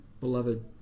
beloved